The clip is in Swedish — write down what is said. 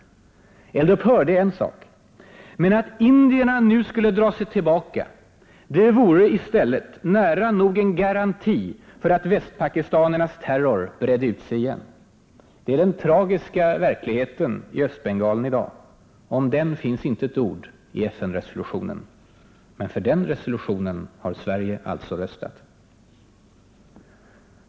Eld-upphör är en sak. Men att indierna nu skulle dra sig tillbaka, det vore i stället nära nog en garanti för att västpakistanernas terror bredde ut sig igen. Det är den tragiska verkligheten i Östbengalen i dag; om den finns inte ett ord i FN-resolutionen. Men för den resolutionen har Sverige alltså röstat.